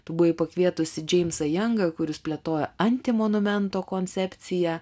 tu buvai pakvietusi džeimsą jengą kuris plėtojo antmonumento koncepciją